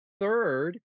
third